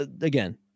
again